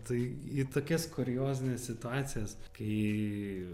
tai į tokias kuriozines situacijas kai